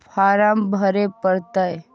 Farm भरे परतय?